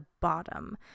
bottom